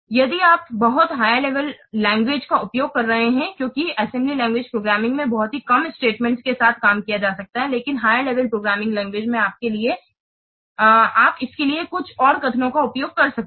यदि आप बहुत हायर लेवल प्रोग्रामिंग लैंग्वेज का उपयोग कर रहे हैं क्योंकि अस्सेम्ब्ले लैंग्वेज प्रोग्रामिंग में बहुत ही कम स्टेटमेंट्स के साथ काम किया जा सकता है लेकिन हायर लेवल प्रोग्रामिंग लैंग्वेज में आप इसके लिए कुछ और कथनों का उपयोग कर सकते हैं